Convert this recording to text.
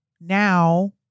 now